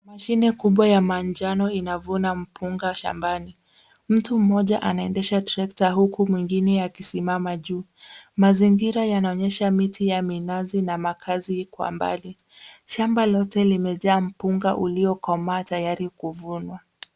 Mashine kubwa ya manjano inavuna mpunga shambani. Mtu mmoja anaendesha trekta huku mwingine akisimama juu. Mazingira yanaonyesha miti ya minazi na makazi kwa mbali. Shamba lote limejaa mpunga uliokomaa tayari kuvunwa.